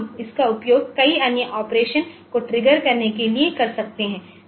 तो हम इसका उपयोग कई अन्य ऑपरेशनों को ट्रिगर करने के लिए कर सकते हैं